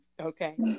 Okay